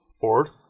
fourth